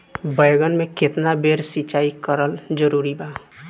बैगन में केतना बेर सिचाई करल जरूरी बा?